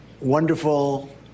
wonderful